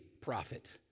prophet